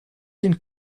den